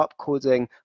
upcoding